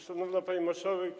Szanowna Pani Marszałek!